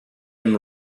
and